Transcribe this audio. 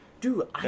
Dude